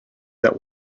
that